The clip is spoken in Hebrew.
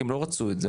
כי הם לא רצו את זה,